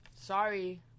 sorry